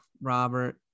robert